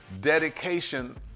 dedication